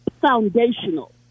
foundational